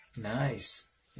Nice